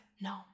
No